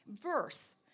verse